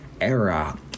era